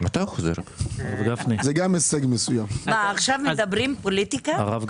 עכשיו מדברים פוליטיקה?